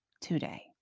today